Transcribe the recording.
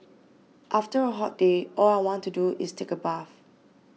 after a hot day all I want to do is take a bath